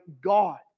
God